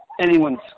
anyone's